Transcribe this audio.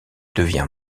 devient